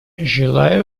желаю